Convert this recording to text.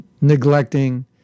neglecting